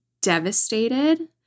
devastated